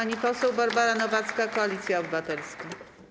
Pani poseł Barbara Nowacka, Koalicja Obywatelska.